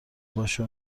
باشه